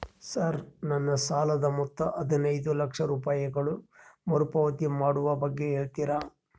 Sir ನನ್ನ ಸಾಲದ ಮೊತ್ತ ಹದಿನೈದು ಲಕ್ಷ ರೂಪಾಯಿಗಳು ಮರುಪಾವತಿ ಮಾಡುವ ಬಗ್ಗೆ ಹೇಳ್ತೇರಾ?